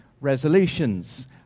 resolutions